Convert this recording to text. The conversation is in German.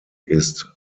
ist